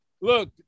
Look